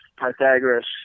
Pythagoras